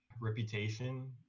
reputation